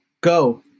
go